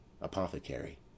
Apothecary